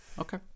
Okay